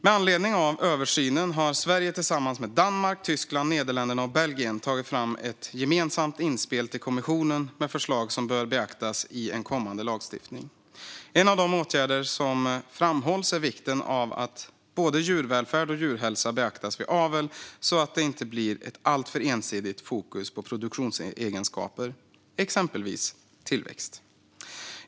Med anledning av översynen har Sverige tillsammans med Danmark, Tyskland, Nederländerna och Belgien tagit fram ett gemensamt inspel till kommissionen med förslag som bör beaktas i en kommande lagstiftning. Något som framhålls är vikten av att både djurvälfärd och djurhälsa beaktas vid avel så att det inte blir ett alltför ensidigt fokus på produktionsegenskaper, exempelvis tillväxt.